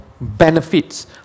benefits